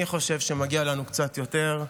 אני חושב שמגיע לנו קצת יותר,